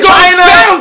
China